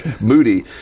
Moody